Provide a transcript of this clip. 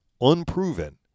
unproven